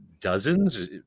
dozens